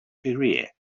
career